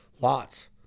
Lots